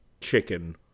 Chicken